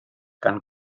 gan